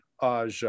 Aja